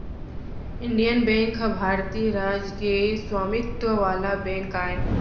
Indian bank ह भारतीय राज के स्वामित्व वाला बेंक आय